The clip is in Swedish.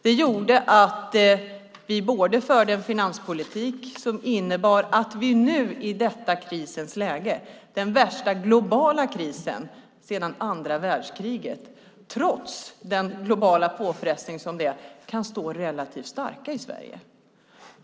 Det har gjort att vi kunnat föra en finanspolitik som innebär att vi nu i detta krisens läge, den värsta globala krisen sedan andra världskriget, och trots den påfrestning som det innebär, kan stå relativt starka i Sverige.